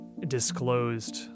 disclosed